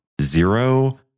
zero